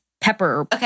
pepper